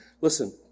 Listen